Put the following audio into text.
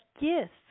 gifts